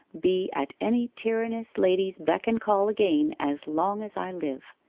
be at any tyrannous lady's beck and call again as long as i live.